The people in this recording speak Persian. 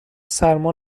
سرما